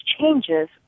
changes